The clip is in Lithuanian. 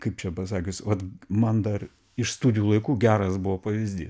kaip čia pasakius vat man dar iš studijų laikų geras buvo pavyzdys